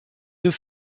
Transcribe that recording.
deux